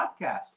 podcast